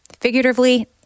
figuratively